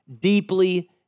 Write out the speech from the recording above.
deeply